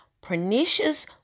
pernicious